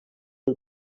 del